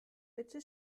bitte